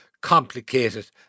complicated